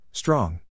strong